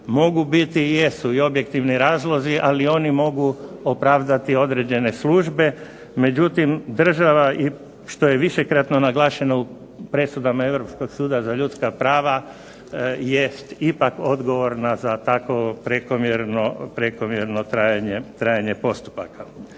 mogu biti i jesu objektivni razlozi ali oni mogu opravdati određene službe. Međutim, država što je višekratno naglašeno u presudama Europskog suda za ljudska prava jest ipak odgovorna za tako prekomjerno trajanje postupaka.